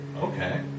Okay